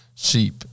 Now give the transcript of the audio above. sheep